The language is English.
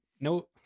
no